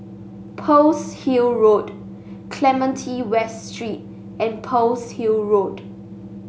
Pearl's Hill Road Clementi West Street and Pearl's Hill Road